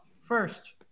first